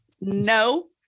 no